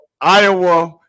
Iowa